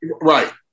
right